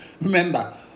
Remember